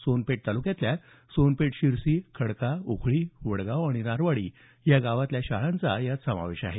सोनपेठ तालुक्यातल्या सोनपेठ शिरशी खडका उखळी वडगाव आणि नरवाडी या गावातल्या शाळांचा यात समावेश आहे